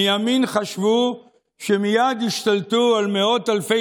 מימין חשבו שמייד ישתלטו על מאות אלפי